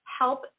help